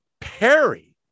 perry